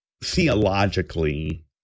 theologically